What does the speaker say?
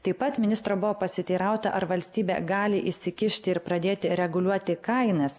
taip pat ministro buvo pasiteirauta ar valstybė gali įsikišti ir pradėti reguliuoti kainas